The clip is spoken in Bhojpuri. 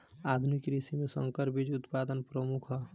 आधुनिक कृषि में संकर बीज उत्पादन प्रमुख ह